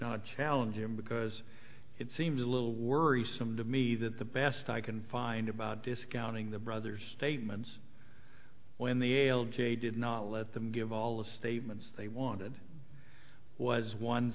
not challenge him because it seems a little worrisome to me that the best i can find about discounting the brother's statements when the l g a did not let them give all of the statements they wanted was one